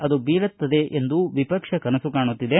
ಅದು ಬೀಳುತ್ತದೆ ಎಂದು ವಿಪಕ್ಷ ಕನಸು ಕಾಣುತ್ತಿದೆ